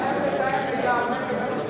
הוא חייב לתאם לגמרי.